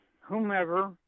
whomever